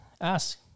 ask